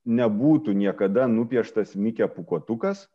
nebūtų niekada nupieštas mikė pūkuotukas